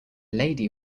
lady